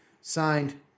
Signed